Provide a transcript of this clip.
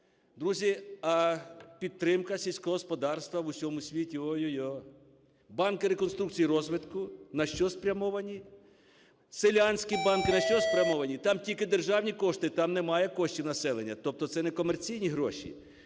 Друзі, підтримка сільського господарства у всьому світі – ой-ой-йо. Банки реконструкції і розвитку на що спрямовані? Селянські банки на що спрямовані? Там тільки державні кошти, там немає коштів населення, тобто це некомерційні гроші.